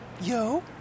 Yo